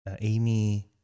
Amy